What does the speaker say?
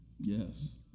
Yes